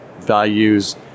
values